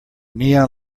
neon